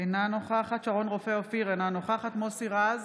אינה נוכחת שרון רופא אופיר, אינה נוכחת מוסי רז,